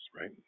right